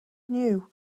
knew